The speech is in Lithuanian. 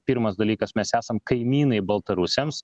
pirmas dalykas mes esam kaimynai baltarusiams